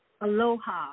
Aloha